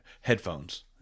headphones